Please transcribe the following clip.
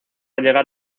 llegar